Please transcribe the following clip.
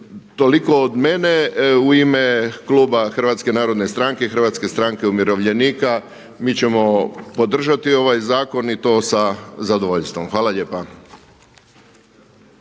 toliko od mene u ime kluba Hrvatske narodne stranke, Hrvatske stranke umirovljenika mi ćemo podržati ovaj zakon i to sa zadovoljstvom. Hvala lijepa.